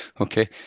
Okay